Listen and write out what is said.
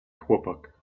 chłopak